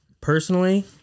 personally